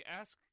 ask